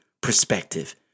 perspective